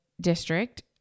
district